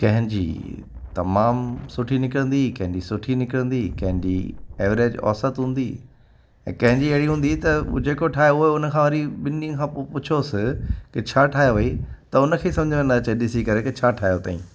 कंहिं जी तमामु सुठी निकिरंदी कंहिंजी सुठी निकिरंदी कंहिंजी एवरेज औसत हूंदी ऐं कंहिं जी अहिड़ी हूंदी त जेको ठाहे उहो उन खां वरी ॿिनि ॾींहंनि खां पुछोसि के छा ठाहियो हुअईं त उन खे ई समुझ में न अचे ॾिसी करे के छा ठाहियो अथईं